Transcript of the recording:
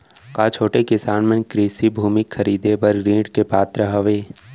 का छोटे किसान मन कृषि भूमि खरीदे बर ऋण के पात्र हवे?